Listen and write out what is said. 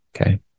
okay